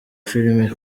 filimi